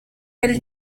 del